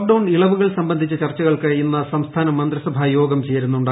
lockdown ഇളവുകൾ സംബന്ധിച്ച ചർച്ചകൾക്ക് ഇന്ന് സംസ്ഥാന മന്ത്രിസഭാ യോഗം ചേരുന്നുണ്ട്